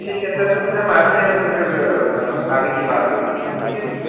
ठीक है सर तो फ़िर हम आते हैं तो फ़िर आगे की बात होती है ठीक है सर